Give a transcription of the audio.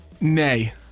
Nay